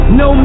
no